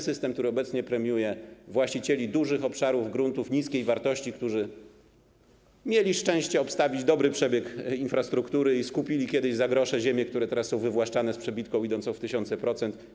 System, który jest obecnie, premiuje właścicieli dużych obszarów gruntów niskiej wartości, którzy mieli szczęście obstawić dobry przebieg infrastruktury i skupili kiedyś za grosze ziemie, które teraz są wywłaszczane z przebitką idącą w tysiące procent.